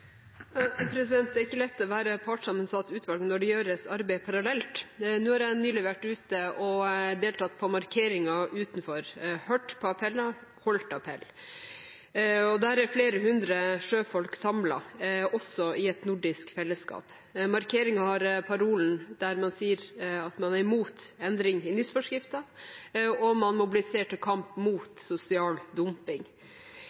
Det er ikke lett å være partssammensatt utvalg når det gjøres arbeid parallelt. Nå har jeg nylig vært ute og deltatt på markeringen utenfor, hørt på appeller og holdt appell. Der er flere hundre sjøfolk samlet, også i et nordisk fellesskap. Markeringen har paroler om at man er imot endringsforskriften, og man mobiliserer til kamp